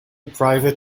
private